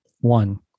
One